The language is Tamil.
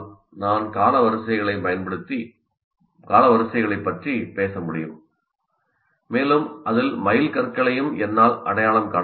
நான் காலவரிசைகளைப் பற்றி பேச முடியும் மேலும் அதில் மைல்கற்களையும் என்னால் அடையாளம் காண முடியும்